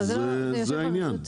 זה העניין.